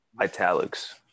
italics